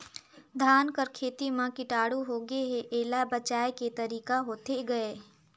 धान कर खेती म कीटाणु होगे हे एला बचाय के तरीका होथे गए?